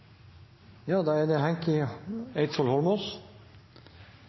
Ja, det er en utfordring, det